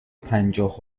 پنجاه